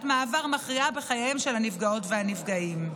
מעבר מכריעה בחייהם של הנפגעות והנפגעים.